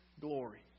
glory